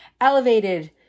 elevated